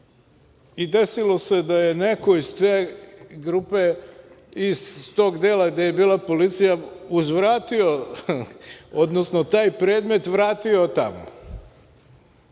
i desilo se da je neko iz te grupe, iz tog dela gde je bila policija uzvratio, odnosno taj predmet vratio tamo,